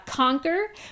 Conquer